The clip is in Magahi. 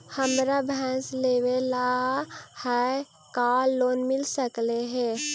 हमरा भैस लेबे ल है का लोन मिल सकले हे?